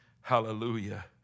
Hallelujah